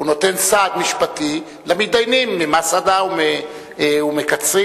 הוא נותן סעד משפטי למתדיינים ממסעדה ומקצרין